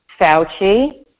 Fauci